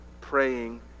praying